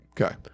Okay